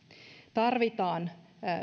tarvitaan